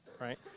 right